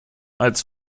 als